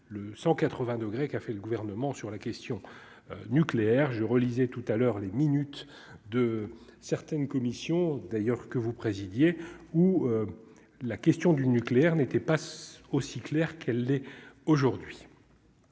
degrés qui a fait le gouvernement sur la question nucléaire je relisais tout à l'heure, les minutes de certaines commissions d'ailleurs que vous présidiez où la question du nucléaire n'était pas aussi clair qu'elle est aujourd'hui.